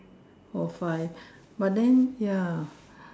all five but then ya